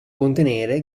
contenere